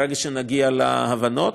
ברגע שנגיע להבנות.